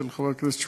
אצל חבר הכנסת שמולי,